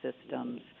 systems